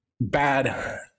bad